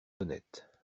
honnête